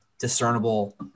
discernible